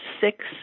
six